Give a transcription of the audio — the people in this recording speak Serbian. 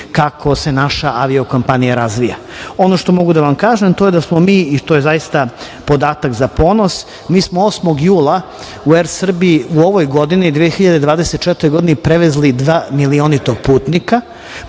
kako se naša kompanija razvija. Ono što mogu da vam kažem, to je da smo mi, i to je zaista podatak za ponos, 8. jula u "Er Srbiji" u ovoj godini, 2024. godini, prevezli dva milionitog putnika.